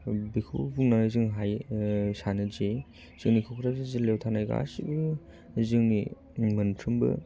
बेखौ बुंनो जों हायो सानो जे जोंनि क'क्राझार जिल्लायाव थानाय गासिबो जोंनि मोनफ्रोमबो